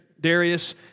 Darius